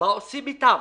מה עושים איתן?